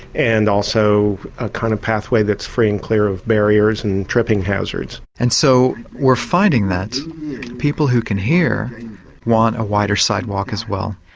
and also a kind of pathway that's free and clear of barriers and tripping hazards. and so we're finding that people who can hear want a wider sidewalk as well.